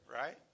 right